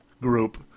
group